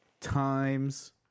Times